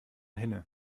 hinne